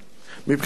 מבחינתו,